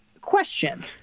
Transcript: Question